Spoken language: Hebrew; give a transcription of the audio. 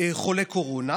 חולי קורונה,